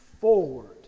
forward